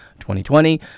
2020